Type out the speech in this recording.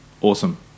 Awesome